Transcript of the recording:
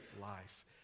life